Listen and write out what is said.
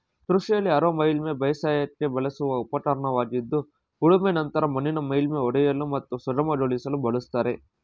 ಕೃಷಿಲಿ ಹಾರೋ ಮೇಲ್ಮೈ ಬೇಸಾಯಕ್ಕೆ ಬಳಸುವ ಉಪಕರಣವಾಗಿದ್ದು ಉಳುಮೆ ನಂತರ ಮಣ್ಣಿನ ಮೇಲ್ಮೈ ಒಡೆಯಲು ಮತ್ತು ಸುಗಮಗೊಳಿಸಲು ಬಳಸ್ತಾರೆ